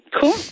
Cool